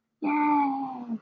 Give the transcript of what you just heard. yay